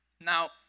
Now